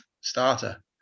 starter